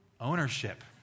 ownership